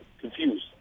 confused